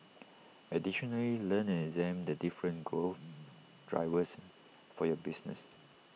additionally learn and examine the different growth drivers for your business